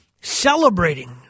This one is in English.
celebrating